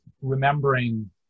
remembering